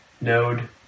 node